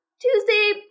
Tuesday